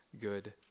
good